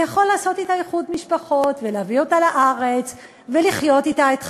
ויכול לעשות אתה איחוד משפחות ולהביא אותה לארץ ולחיות אתה את חייו,